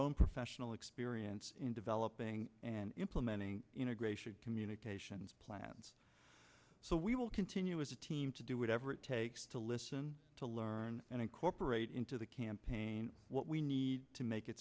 own professional experience in developing and implementing integration communications plans so we will continue as a team to do whatever it takes to listen to learn and incorporate into the campaign what we need to make it